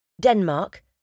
Denmark